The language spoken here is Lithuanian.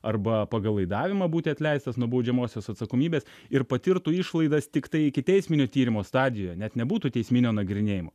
arba pagal laidavimą būti atleistas nuo baudžiamosios atsakomybės ir patirtų išlaidas tiktai ikiteisminio tyrimo stadijoje net nebūtų teisminio nagrinėjimo